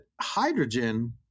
hydrogen